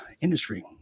industry